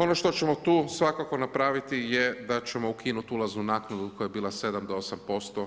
Ono što ćemo tu svakako napraviti je da ćemo ukinuti ulaznu naknadu koja je bila 7 do 8%,